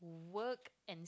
and work